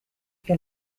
que